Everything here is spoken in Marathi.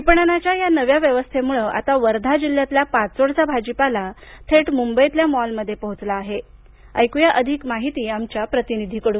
विपणनाच्या या नव्या व्यवस्थेमुळे आता वर्धा जिल्ह्यातल्या पाचोडचा भाजीपाला थेट मुंबईतल्या मॉलमध्ये पोहोचला आहे अधिक माहिती आमच्या प्रतिनिधीकडून